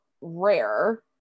rare